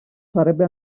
sarebbe